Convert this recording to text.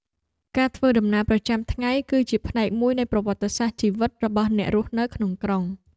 ការធ្វើដំណើរប្រចាំថ្ងៃគឺជាផ្នែកមួយនៃប្រវត្តិសាស្ត្រជីវិតរបស់អ្នករស់នៅក្នុងក្រុង។